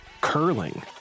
curling